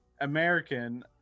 American